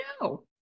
no